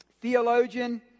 Theologian